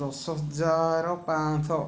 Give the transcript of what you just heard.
ଦଶ ହଜାର ପାଞ୍ଚ